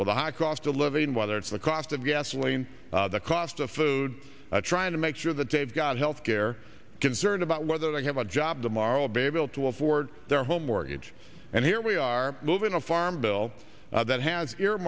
with the high cost of living whether it's the cost of gasoline the cost of food trying to make sure that they've got health care concerned about whether they have a job tomorrow be able to afford their home mortgage and here we are moving a farm bill that has ear